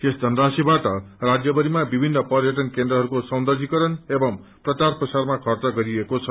यस धनराशिवाट राज्य भरिमा विभिन्न पयटन केन्द्रहरूको सौन्दर्यीकरण एवं प्रचार प्रसारमा खर्च गरिएको छ